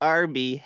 Arby